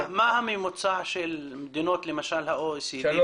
מה הממוצע של מדינות למשל ה OECD?